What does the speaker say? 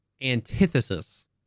antithesis